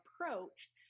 approach